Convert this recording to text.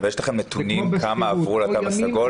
אבל יש לכם נתונים כמה עברו לתו הסגול?